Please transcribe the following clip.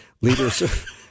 leaders